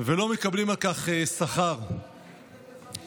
ותעבור להכנתה לקריאה ראשונה בוועדת הבריאות.